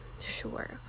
Sure